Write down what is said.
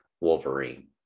wolverine